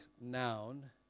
noun